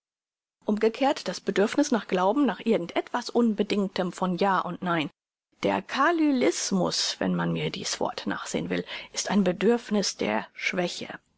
umgekehrt das bedürfniß nach glauben nach irgend etwas unbedingtem von ja und nein der carlylismus wenn man mir dies wort nachsehn will ist ein bedürfniß der schwäche